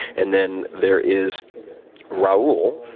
and then there is raoul,